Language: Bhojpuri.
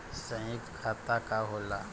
सयुक्त खाता का होला?